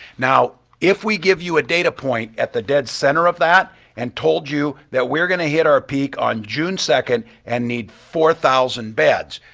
now, if we give you a data point at the dead center of that and told you that we're going to hit our peak on june second and need four thousand beds,